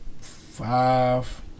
five